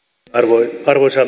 terholle ja haglundille